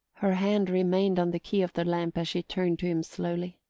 her hand remained on the key of the lamp as she turned to him slowly.